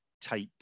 type